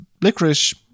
licorice